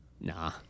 nah